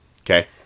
Okay